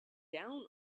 down